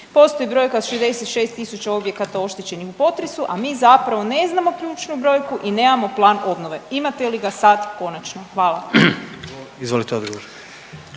Postoji brojka od 66 tisuća objekata oštećenim u potresu, a mi zapravo ne znamo ključnu brojku i nemamo plan obnove. Imate li ga sad konačno? Hvala.